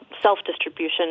self-distribution